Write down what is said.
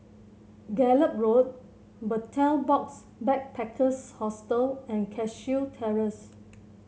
Gallop Road Betel Box Backpackers Hostel and Cashew Terrace